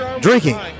Drinking